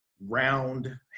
round